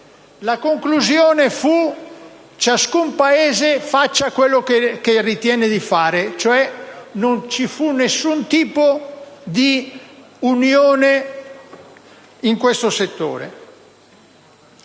La conclusione fu: ciascun Paese faccia quello che ritiene di fare. Non ci fu cioè nessun tipo di unione in questo settore.